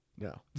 No